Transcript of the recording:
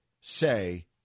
say